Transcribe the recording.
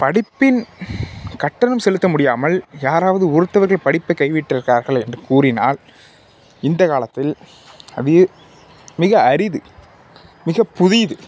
படிப்பின் கட்டணம் செலுத்த முடியாமல் யாராவது ஒருத்தவர்கள் படிப்பைக் கைவிட்டு இருக்கிறார்கள் என்று கூறினால் இந்தக் காலத்தில் அது மிக அரிது மிக புதிது